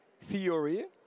theory